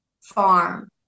farm